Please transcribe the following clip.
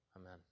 Amen